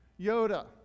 Yoda